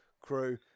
crew